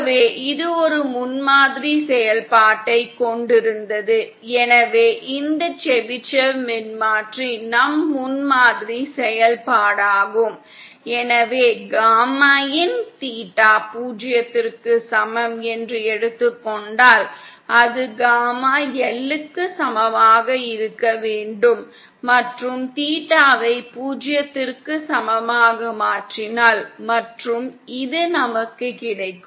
ஆகவே இது ஒரு முன்மாதிரி செயல்பாட்டைக் கொண்டிருந்தது எனவே இந்த செபிஷேவ் மின்மாற்றி நம் முன்மாதிரி செயல்பாடாகும் எனவே காமாin தீட்டா பூஜ்யத்திற்கு சமம் என்று எடுத்துக்கொண்டால் அது காமா L க்கு சமமாக இருக்க வேண்டும் மற்றும் தீட்டாவை பூஜ்ஜியத்திற்கு சமமாக மாற்றினால் மற்றும் இது நமக்கு கிடைக்கும்